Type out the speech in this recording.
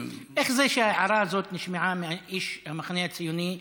איך זה שההערה הזאת נשמעה מאיש המחנה הציוני,